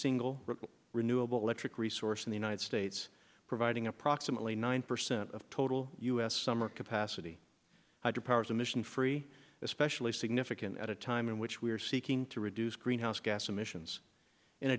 single renewable electric resource in the united states providing approximately nine percent of total u s summer capacity hydropower as a mission free especially significant at a time in which we are seeking to reduce greenhouse gas emissions in